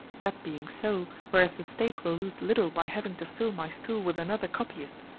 that being so, whereas the state will lose little by having to fill my stool with another copyist,